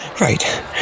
Right